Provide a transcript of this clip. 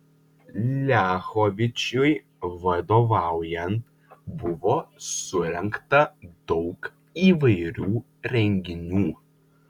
liachovičiui vadovaujant buvo surengta daug įvairių renginių